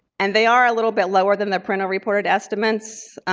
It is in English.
and they are a little bit lower than the parental-reported estimates.